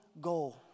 goal